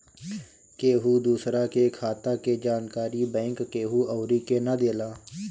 केहू दूसरा के खाता के जानकारी बैंक केहू अउरी के ना देला